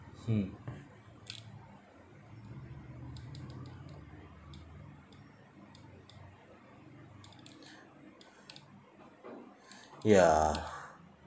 mm ya